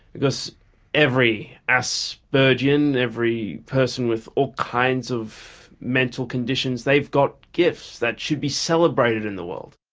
because every aspergian, every person with all kinds of mental conditions, they've got gifts that should be celebrated in the world.